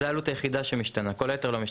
זו העלות היחידה שמשתנה, כל היתר לא משתנים.